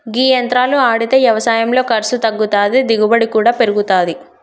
గీ యంత్రాలు ఆడితే యవసాయంలో ఖర్సు తగ్గుతాది, దిగుబడి కూడా పెరుగుతాది